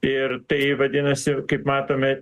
ir tai vadinasi kaip matome